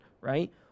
right